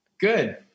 Good